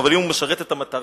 אבל אם הוא משרת את המטרה,